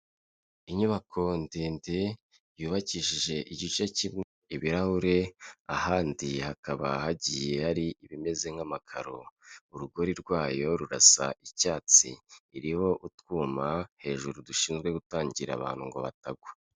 Inyubako ndende yubakishije igice kimwe ibirahure, ahandi hakaba hagiye hari ibimeze nk'amakaro, urugori rwayo rurasa icyatsi, iriho utwuma hejuru dushinzwe gutangira abantu ngo batagwa.